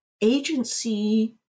agency